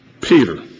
Peter